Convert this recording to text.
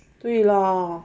对咯